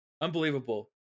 Unbelievable